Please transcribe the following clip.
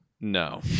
No